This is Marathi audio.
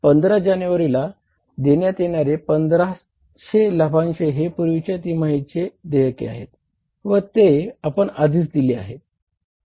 15 जानेवारीला देण्यात येणारे 1500 लाभांश हे पूर्वीच्या तिमाहीचे देयक आहे व ते आपण आधीच दिले आहेत